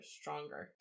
stronger